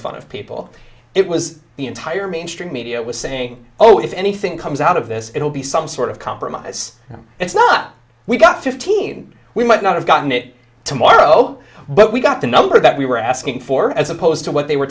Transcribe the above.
fun of people it was the entire mainstream media was saying oh if anything comes out of this it will be some sort of compromise it's not we got fifteen we might not have gotten it tomorrow but we got the number that we were asking for as opposed to what they were